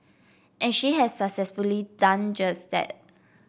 and she has successfully done just that